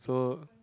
so